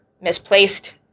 misplaced